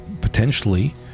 potentially